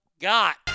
got